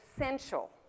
essential